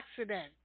accident